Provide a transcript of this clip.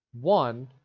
One